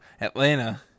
Atlanta